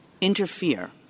interfere